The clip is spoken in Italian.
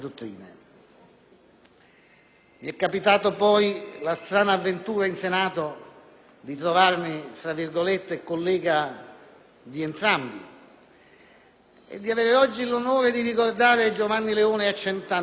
Mi è capitata poi la strana avventura in Senato di trovarmi "collega" di entrambi e di avere oggi l'onore di ricordare Giovanni Leone a 100 anni dalla sua nascita.